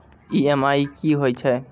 EMI कि होय छै?